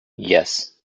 yes